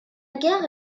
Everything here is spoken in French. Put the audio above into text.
gare